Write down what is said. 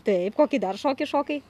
taip kokį dar šokį šokai